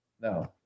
no